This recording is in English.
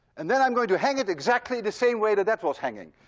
and then i'm going to hang it exactly the same way that that was hanging.